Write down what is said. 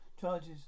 charges